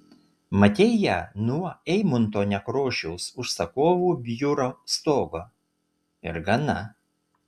matei ją nuo eimunto nekrošiaus užsakovų biuro stogo ir gana